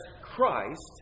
Christ